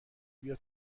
بیا